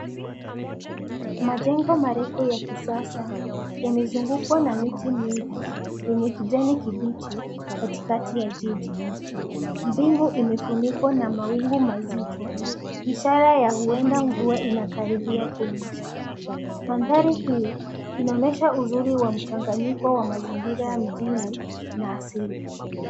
Majengo marefu ya kisasa yamezungukwa na miti mingi yenye kijani kibichi katikati ya jiji. Mbingu imefunikwa na mawingu mazito ishara ya huenda mvua inakaribia kunyesha. Mandhari hii inaonyesha uzuri wa mchanganyiko wa mazingira mjini na asili.